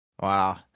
wow